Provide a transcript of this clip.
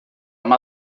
amb